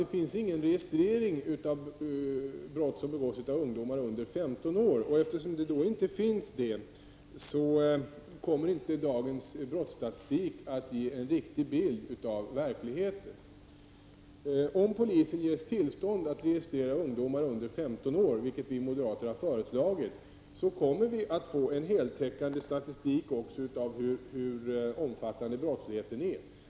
Det finns ingen registrering i fråga om brott som begås av ungdomar under 15 år. Eftersom sådan saknas kommer inte dagens brottsstatistik att ge en riktig bild av verkligheten. Om polisen ges tillstånd att registrera ungdomar under 15 år, vilket vi moderater har föreslagit, kommer vi att få en heltäckande statistik också i fråga om hur omfattande brottsligheten är.